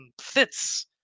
fits